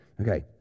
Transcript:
Okay